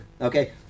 Okay